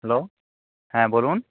hello হ্যাঁ বলুন